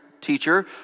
teacher